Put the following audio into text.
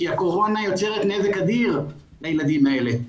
כי הקורונה יוצרת נזק אדיר לילדים האלה,